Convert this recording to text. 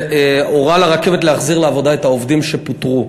והורה לרכבת להחזיר לעבודה את העובדים שפוטרו.